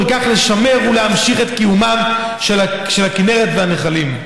ובכך לשמר ולהמשיך את קיומם של הכינרת והנחלים.